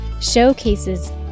showcases